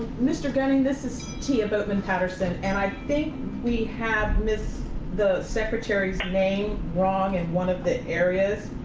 mr. gunning, this is tia boatman patterson. and i think we have missed the secretary's name wrong in one of the areas.